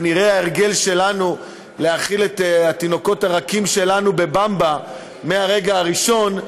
ההרגל שלנו להאכיל את התינוקות הרכים שלנו ב"במבה" מהרגע הראשון,